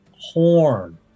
horn